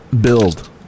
build